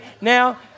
now